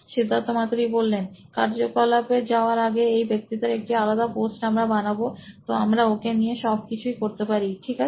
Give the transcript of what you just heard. সিদ্ধার্থ মাতু রি সি ই ও নোইন ইলেক্ট্রনিক্স কার্যকলাপে যাওয়ার আগে এই ব্যক্তিত্বের একটি আলাদা পোস্ট আমরা বানাবো তো আমরা ওকে নিয়ে সব কিছু ই করতে পারি ঠিক আছে